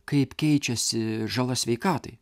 kaip keičiasi žala sveikatai